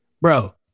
Bro